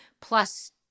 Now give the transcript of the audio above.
plus